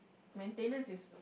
maintenance is